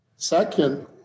Second